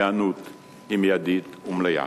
ההיענות היא מיידית ומלאה.